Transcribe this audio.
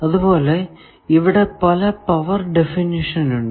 അതുപോലെ ഇവിടെ പല പവർ ഡെഫിനിഷൻ ഉണ്ട്